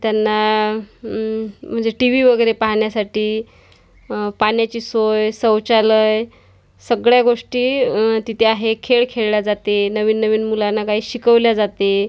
त्यांना म्हणजे T V वगैरे पाहण्यासाठी पाण्याची सोय शौचालय सगळ्या गोष्टी तिथे आहे खेळ खेळला जाते नवीन नवीन मुलांना काही शिकवल्या जाते